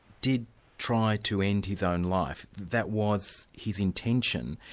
did try to end his own life. that was his intention.